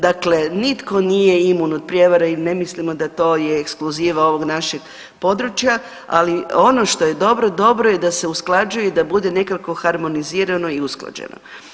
Dakle, nitko nije imun od prijevara i ne mislimo da to je ekskluziva ovog našeg područja, ali ono što je dobro, dobro je da se usklađuje i da bude nekako harmonizirano i usklađeno.